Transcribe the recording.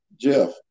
Jeff